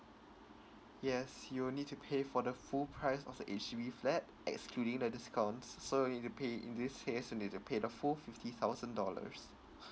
yes you'll need to pay for the full price of the H_D_B flat excluding the discount so you need to pay in you need to pay the full fifty thousand dollars